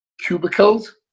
cubicles